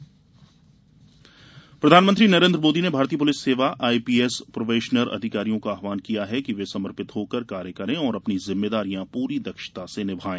Modi police सेवा प्रधानमंत्री नरेन्द्र मोदी ने भारतीय पुलिस सेवा आईपीएस प्रोबेशनर अधिकारियों का आह्वान किया है कि वे समर्पित हो कर कार्य करें और अपनी जिम्मेदारियां पूरी दक्षता से निभाएं